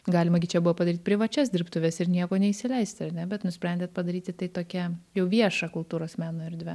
galima gi čia buvo padaryt privačias dirbtuves ir nieko neįsileisti ar ne bet nusprendėt padaryti tai tokia jau vieša kultūros meno erdve